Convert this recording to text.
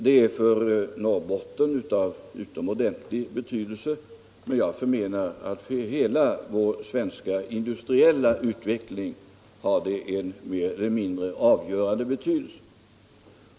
Det är för Norrbotten av utomordentlig betydelse, men jag förmenar att det även har en mer eller mindre avgörande betydelse för hela vår svenska industriella utveckling.